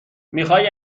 میخوای